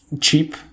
cheap